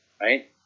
right